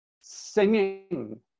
singing